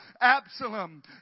Absalom